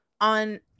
on